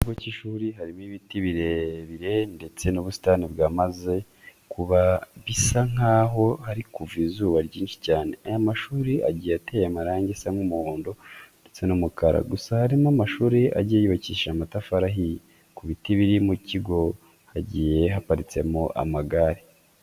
Mu kigo cy'ishuri harimo ibiti birebire ndetse n'ubusitani bwamaze kuma bisa nkaho hari kuva izuba ryinshi cyane. Aya mashuri agiye ateye amarangi asa nk'umuhondo ndetse n'umukara, gusa harimo amashuri agiye yubakishije amatafari ahiye. Ku biti biri mu kigo hagiye haparitseho amagare.